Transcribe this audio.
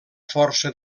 força